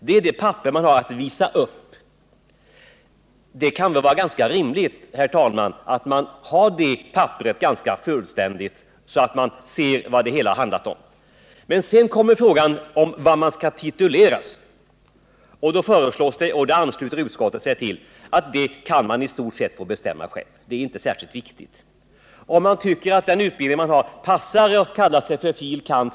Men det kan väl vara ganska rimligt, herr talman, att detta papper, som man har att visa upp, är ganska fullständigt så att man ser vad studierna gällt. Sedan kommer frågan om hur man skall tituleras. Och då föreslås det — och det ansluter utskottet sig till — att man i stort sett kan få bestämma det själv. Det är inte särskilt viktigt. Om man tycker att den utbildning man har passar för att kalla sig fil. kand.